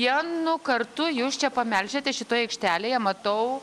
vienu kartu jūs čia pamelžiate šitoj aikštelėje matau